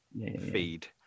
feed